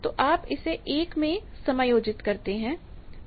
तो आप इसे 1 में समायोजित करते हैं